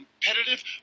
competitive